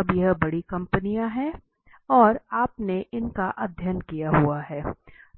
अब यह बड़ी कंपनियां हैं और आपने इनका अध्ययन किया है